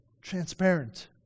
transparent